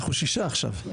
אנחנו שישה עכשיו.